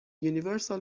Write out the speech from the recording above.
universal